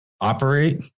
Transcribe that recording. operate